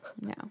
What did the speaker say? No